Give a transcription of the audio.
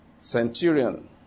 centurion